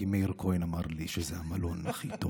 כי מאיר כהן אמר לי שזה המלון הכי טוב.